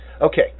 okay